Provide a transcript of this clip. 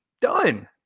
done